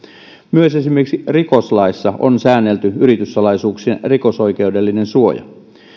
myös esimerkiksi rikoslaissa on säännelty yrityssalaisuuksien rikosoikeudellinen suoja